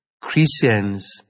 Christians